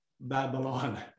Babylon